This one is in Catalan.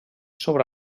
sobre